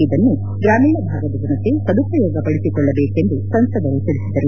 ಇದನ್ನು ಗ್ರಾಮೀಣ ಭಾಗದ ಜನತೆ ಸದುಪಯೋಗ ಪಡಿಸಿಕೊಳ್ಳಬೇಕೆಂದು ಸಂಸದರು ತಿಳಿಸಿದರು